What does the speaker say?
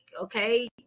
Okay